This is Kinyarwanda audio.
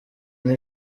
ine